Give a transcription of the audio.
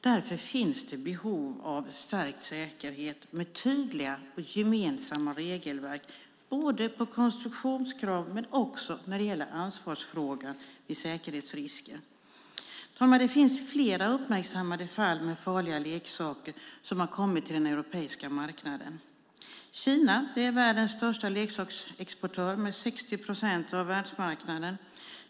Därför finns det behov av stärkt säkerhet med tydliga och gemensamma regelverk både på konstruktionskrav och när det gäller ansvarsfrågan vid säkerhetsrisker. Fru talman! Det finns flera uppmärksammade fall med farliga leksaker som har kommit till den europeiska marknaden. Kina är världens största leksaksexportör med 60 procent av världsmarknaden.